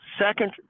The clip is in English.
Second